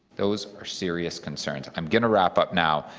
those are serious concerns. i'm going wrap up now.